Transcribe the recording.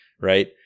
right